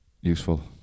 useful